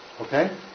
Okay